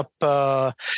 up